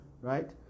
right